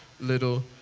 Little